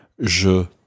Je